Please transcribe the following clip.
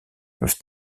peuvent